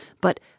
but